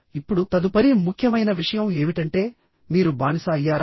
ఇప్పుడు తదుపరి ముఖ్యమైన విషయం ఏమిటంటే మీరు బానిస అయ్యారా